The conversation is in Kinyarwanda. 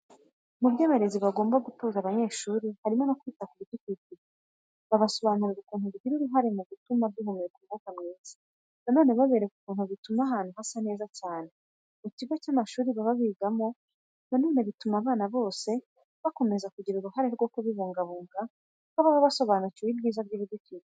Mu byo abarezi bagomba gutoza abanyeshuri, harimo no kwita ku bidukikije. Babasobanurira ukuntu bigira uruhare mu gutuma duhumeka umwuka mwiza. Na none babereka ukuntu bituma ahantu hasa neza cyane cyane mu kigo cy'amashuri baba bigamo. Na none bituma abana bose bakomeza kugira uruhare rwo kubibungabunga kuko baba basobanukiwe ibyiza by'ibidukikije.